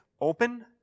open